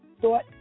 thought